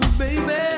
baby